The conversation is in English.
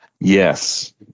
Yes